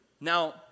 Now